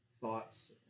thoughts